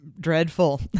Dreadful